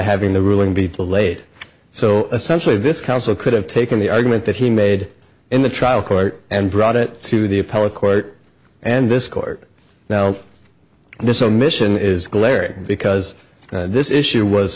having the ruling be too late so essentially this council could have taken the argument that he made in the trial court and brought it to the appellate court and this court now this omission is glaring because this issue was